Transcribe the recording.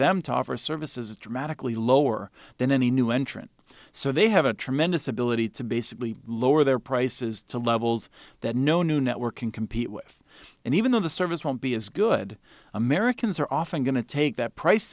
them to offer services dramatically lower than any new entrant so they have a tremendous ability to basically lower their prices to levels that no new network can compete with and even though the service won't be as good americans are often going to take that price